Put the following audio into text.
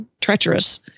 treacherous